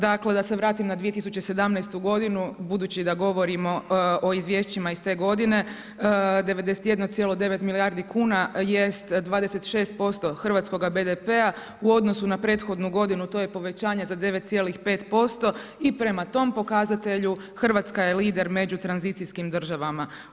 Dakle da se vratim na 2017. godinu, budući da govorimo o izvješćima iz te godine, 91,9 milijardi kuna jest 26% hrvatskoga BDP-a u odnosu na prethodnu godinu to je povećanje za 9,5% i prema tom pokazatelju Hrvatska je lider među tranzicijskim državama.